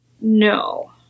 No